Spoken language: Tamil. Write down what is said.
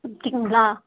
கேட்குங்களா